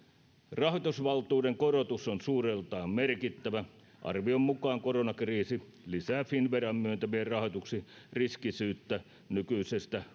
rahoitusvaltuuden korotus on suuruudeltaan merkittävä arvion mukaan koronakriisi lisää finnveran myöntämien rahoituksien riskisyyttä nykyisestä